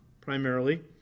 primarily